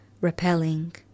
repelling